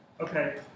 Okay